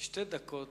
שתי דקות,